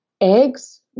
eggs